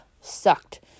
sucked